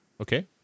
Okay